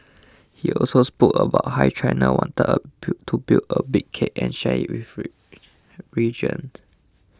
he also spoke about how China wanted a to build a big cake and share it region